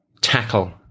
tackle